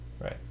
right